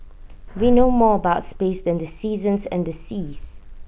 we know more about space than the seasons and the seas